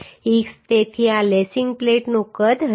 6 તેથી આ લેસિંગ પ્લેટનું કદ હશે